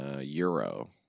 euro